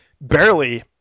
barely